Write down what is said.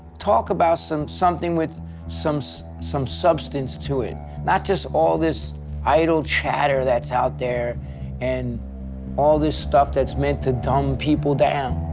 talk about something with some so some substance to it, not just all this idol chatter that's out there and all this stuff that's meant to dumb people down.